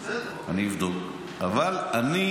אני אומר לך,